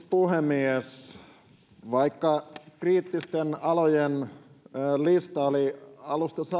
puhemies vaikka kriittisten alojen lista oli alusta